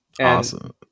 Awesome